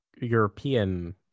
European